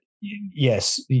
yes